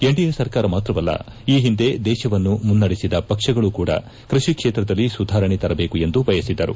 NDA ಸರ್ಕಾರ ಮಾತ್ರವಲ್ಲ ಈ ಹಿಂದೆ ದೇಶವನ್ನು ಮುನ್ನೆಡೆಸಿದ ಪಕ್ಷಗಳೂ ಕೂಡ ಕೃಷಿ ಕ್ಷೇತ್ರದಲ್ಲಿ ಸುಧಾರಣೆ ತರಬೇಕೆಂದು ಬಯಸಿದ್ದರು